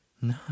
No